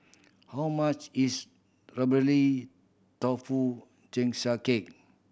how much is strawberry tofu